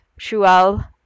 Shual